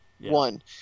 one